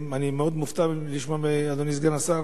אני מאוד מופתע לשמוע מאדוני סגן השר